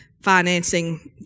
financing